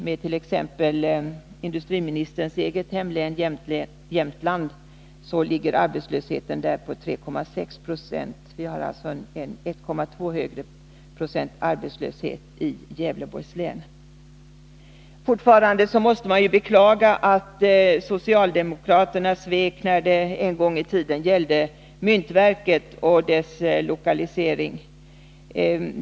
I t.ex. industriministerns eget hemlän, Jämtland, ligger arbetslösheten på 3,6 90. Vi har alltså 1,2 26 högre arbetslöshet i Gävleborgs län. Fortfarande måste man beklaga att socialdemokraterna svek en gång i tiden när det gällde myntverket och dess lokalisering.